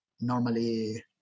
normally